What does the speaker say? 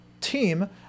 team